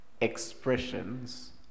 expressions